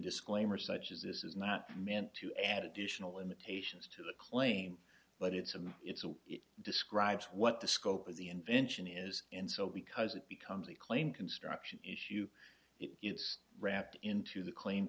disclaimer such as this is not meant to add additional imitations to the claim but it's a it's a describes what the scope of the invention is and so because it becomes a claim construction issue you use wrapped into the cl